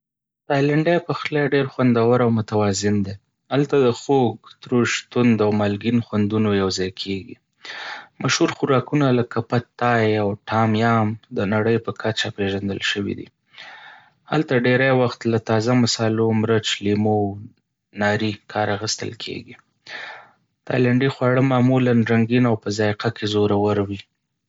تایلنډي پخلی ډېر خوندور او متوازن دی. هلته د خوږ، ترش، توند، او مالګین خوندونه یو ځای کېږي. مشهور خوراکونه لکه پد تای او ټام یام د نړۍ په کچه پیژندل شوي دي. هلته ډېری وخت له تازه مصالحو، مرچ، لیمو، او ناري کار اخیستل کېږي. تایلنډي خواړه معمولا رنګین او په ذائقه کې زورور وي.